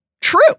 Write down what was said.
true